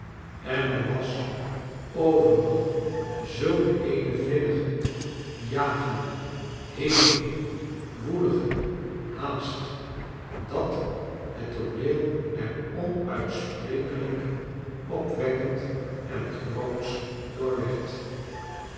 en er was overal zulk eene vinnige jagende hevige woelige haast dat het tooneel er onuitsprekelijk opwekkend en grootsch